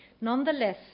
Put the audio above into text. Nonetheless